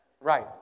Right